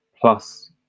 plus